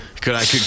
good